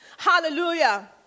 Hallelujah